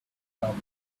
problem